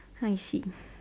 I see